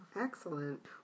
Excellent